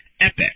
EPIC